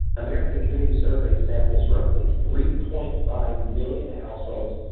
american community survey samples directly three point five million households,